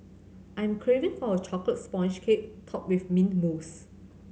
I am craving for a chocolate sponge cake topped with mint mousse